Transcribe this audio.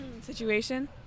situation